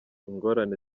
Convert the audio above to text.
ingorane